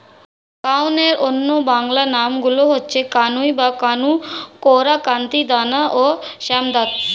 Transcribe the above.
কাউনের অন্য বাংলা নামগুলো হচ্ছে কাঙ্গুই বা কাঙ্গু, কোরা, কান্তি, দানা ও শ্যামধাত